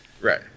Right